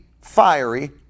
fiery